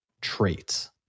traits